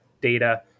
Data